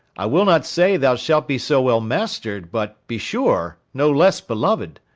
i will not say thou shalt be so well master'd but, be sure, no less belov'd.